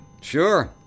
Sure